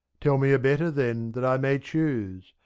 tell me a better, then, that i may choose.